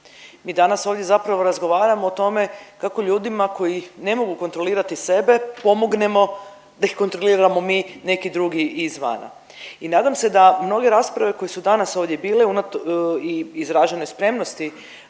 Mi danas ovdje zapravo razgovaramo o tome kako ljudima koji ne mogu kontrolirati sebe pomognemo da ih kontroliramo mi neki drugi izvana. I nadam se da mnoge rasprave koje su danas ovdje bile i izražene spremnosti